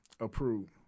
approved